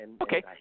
Okay